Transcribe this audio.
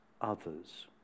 others